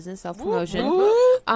self-promotion